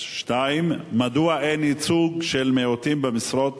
2. מדוע אין ייצוג של מיעוטים במשרות